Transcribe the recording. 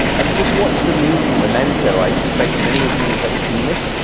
um just watch the movie memento. i suspect many of you have seen this.